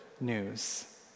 news